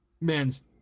Men's